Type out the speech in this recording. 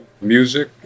music